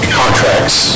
contracts